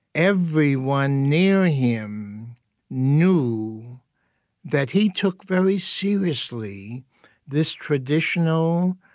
everyone near him knew that he took very seriously this traditional,